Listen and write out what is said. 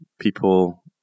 People